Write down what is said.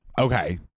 okay